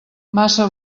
massa